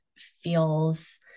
feels